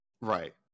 Right